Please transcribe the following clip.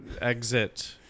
exit